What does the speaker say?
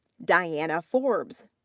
diana forbes,